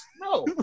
No